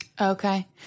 Okay